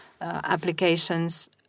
applications